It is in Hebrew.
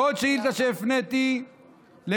בעוד שאילתה שהפניתי לשר הביטחון,